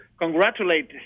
congratulate